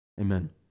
amen